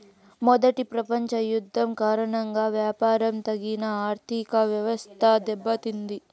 మొదటి ప్రపంచ యుద్ధం కారణంగా వ్యాపారం తగిన ఆర్థికవ్యవస్థ దెబ్బతింది